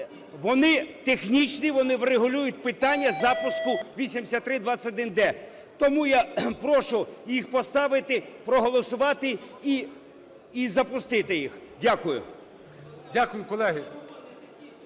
Вони технічні, вони врегулюють питання запуску 8321-д. Тому я прошу їх поставити, проголосувати і запустити їх. Дякую. ГОЛОВУЮЧИЙ. Дякую, колеги.